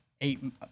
eight